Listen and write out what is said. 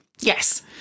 yes